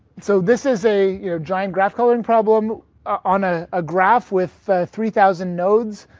so this is a you know giant graph coloring problem on ah a graph with three thousand nodes.